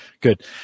good